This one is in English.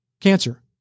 cancer